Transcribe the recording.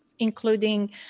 Including